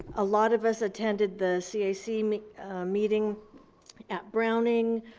a lot of us attended the cac meeting at browning.